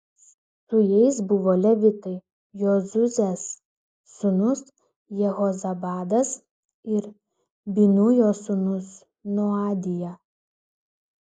su jais buvo levitai jozuės sūnus jehozabadas ir binujo sūnus noadija